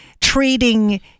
treating